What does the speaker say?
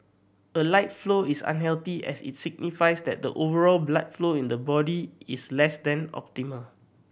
a light flow is unhealthy as it's signifies that the overall blood flow in the body is less than optimal